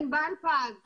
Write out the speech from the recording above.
אני מבין שזה צו השעה,